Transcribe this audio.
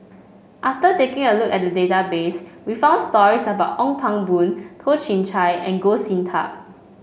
after taking a look at the database we found stories about Ong Pang Boon Toh Chin Chye and Goh Sin Tub